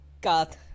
God